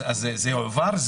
זה יועבר?